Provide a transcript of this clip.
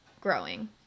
growing